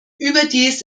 überdies